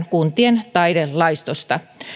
kuntien taidelaitosta